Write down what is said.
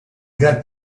got